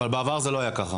אבל בעבר זה לא היה ככה.